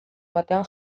batean